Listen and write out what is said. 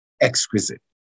exquisite